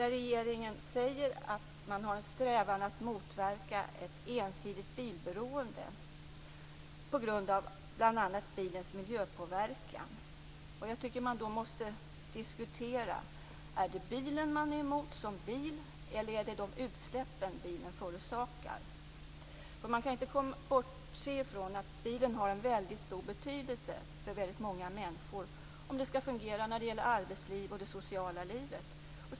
Regeringen säger att man har en strävan att motverka ett ensidigt bilberoende på grund av bl.a. bilens miljöpåverkan. Är det bilen man är emot som bil, eller är det de utsläpp bilen förorsakar? Det går inte att bortse från att bilen har stor betydelse för många människor för att få arbetsliv och socialt liv att fungera.